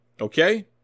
Okay